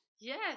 Yes